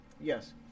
Yes